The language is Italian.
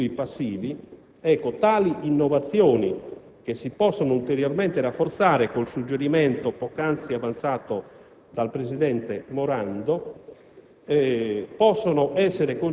e l'ammontare presunto dei residui passivi. Tali innovazioni, ulteriormente rafforzabili con il suggerimento poc'anzi avanzato dal presidente Morando,